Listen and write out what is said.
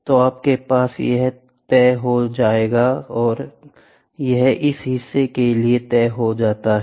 तो आपके पास यह तय हो जाएगा और यह इस हिस्से के लिए तय हो गया है